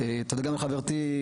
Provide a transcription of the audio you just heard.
תודה לחברתי,